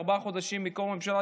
ארבעה חודשים מקום הממשלה,